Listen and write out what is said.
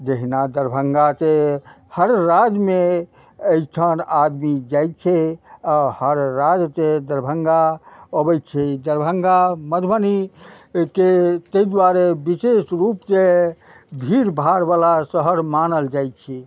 जहिना दरभंगासँ हर राज्यमे अइठान आदमी जाइ छै आओर हर राज्यके दरभंगा अबय छै दरभंगा मधुबनीके तै दुआरे विशेष रूपसँ भीड़ भाड़वला शहर मानल जाइ छै